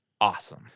awesome